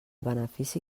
benefici